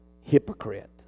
hypocrite